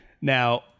Now